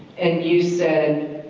and you said,